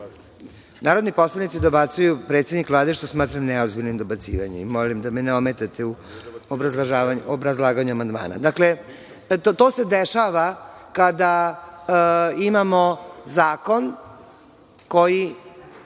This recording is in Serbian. Narodni poslanici dobacuju „predsednik Vlade“, što smatram neozbiljnim dobacivanjem i molim da me ne ometate u obrazlaganju amandmana. Dakle, to se dešava kada imamo zakon koji,